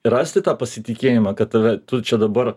rasti tą pasitikėjimą kad tave tu čia dabar